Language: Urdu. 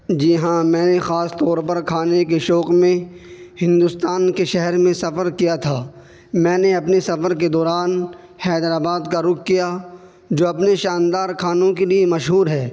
جی ہاں میں نے خاص طور پر کھانے کے شوق میں ہندوستان کے شہر میں سفر کیا تھا میں نے اپنے سفر کے دوران حیدر آباد کا رخ کیا جو اپنے شاندار کھانوں کے لیے مشہور ہے